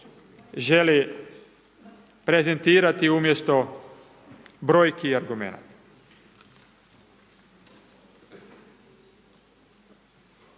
želi prezentirati umjesto brojki i argumenata.